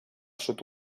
sud